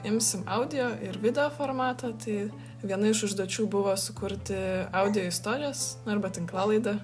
imsim audio ir video formatą tai viena iš užduočių buvo sukurti audio istorijas arba tinklalaidę